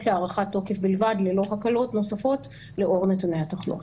להארכת תוקף בלבד ללא הקלות נוספות לאור נתוני התחלואה.